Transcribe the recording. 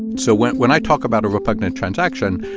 and so when when i talk about a repugnant transaction,